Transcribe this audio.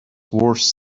worse